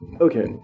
Okay